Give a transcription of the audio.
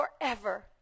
forever